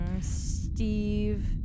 Steve